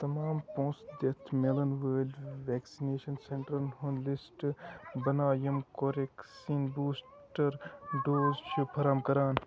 تمام پۅنٛسہٕ دِتھ میلن وٲلۍ ویکسِنیٚشن سینٛٹرن ہُنٛد لِسٹ بناو یِم کورٮ۪کٕس سٕنٛدۍ بوٗسٹر ڈوز چھِ فراہَم کران